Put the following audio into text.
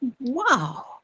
Wow